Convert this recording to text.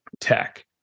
tech